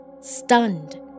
Stunned